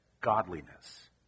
godliness